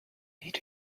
need